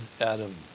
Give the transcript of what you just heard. Adam